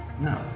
no